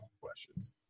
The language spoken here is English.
questions